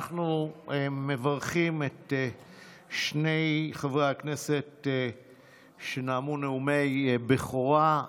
אנחנו מברכים את שני חברי הכנסת שנאמו נאומי בכורה.